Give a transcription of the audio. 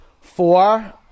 Four